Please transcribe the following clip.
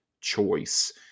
choice